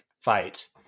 fight